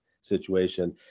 situation